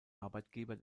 arbeitgeber